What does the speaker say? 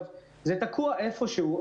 זה תקוע איפשהו.